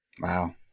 Wow